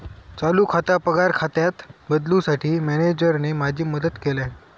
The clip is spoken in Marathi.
चालू खाता पगार खात्यात बदलूंसाठी मॅनेजरने माझी मदत केल्यानं